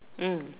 mm